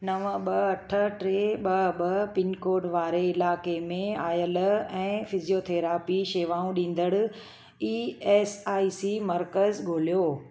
नव ॿ अठ टे ॿ ॿ पिनकोड वारे इलाइक़े में आयल ऐं फिजियोथेरपी शेवाऊं ॾींदड़ु ई एस आई सी मर्कज़ ॻोल्हियो